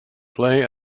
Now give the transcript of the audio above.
play